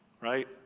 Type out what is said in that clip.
right